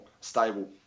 stable